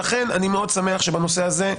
לכן אני מאוד שמח שבנושא הזה,